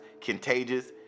Contagious